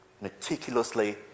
meticulously